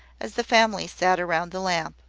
as the family sat round the lamp.